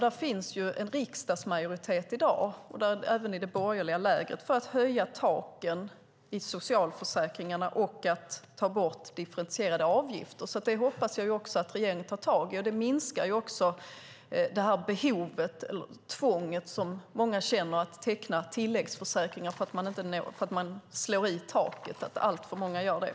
Det finns i dag en riksdagsmajoritet, och även i det borgerliga lägret, för att höja taken i socialförsäkringarna och att ta bort differentierade avgifter. Det hoppas jag att regeringen tar tag i. Det minskar också behovet eller tvånget som många känner att teckna tilläggsförsäkringar för att de slår i taket. Det är alltför många som gör det.